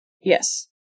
Yes